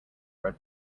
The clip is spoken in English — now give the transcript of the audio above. red